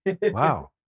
wow